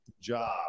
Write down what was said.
job